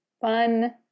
Fun